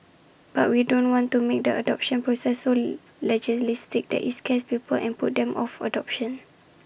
but we don't want to make the adoption process so legalistic that IT scares people and puts them off adoption